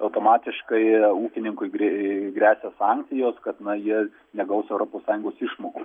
automatiškai ūkininkui grė gresia sankcijos kad na jie negaus europos sąjungos išmokų